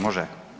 Može?